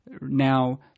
now